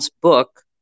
book